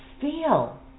feel